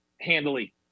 handily